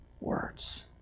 words